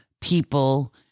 people